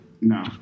No